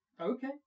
Okay